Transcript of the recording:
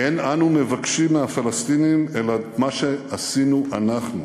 אין אנו מבקשים מהפלסטינים אלא את מה שעשינו אנחנו".